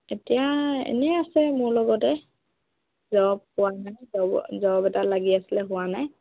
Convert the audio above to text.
এতিয়া এনেই আছে মোৰ লগতে জব পোৱা নাই এটা লাগি আছিলে হোৱা নাই